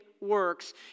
works